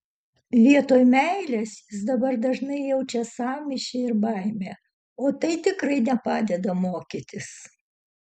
vietoj meilės jis dabar dažnai jaučia sąmyšį ir baimę o tai tikrai nepadeda mokytis